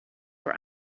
were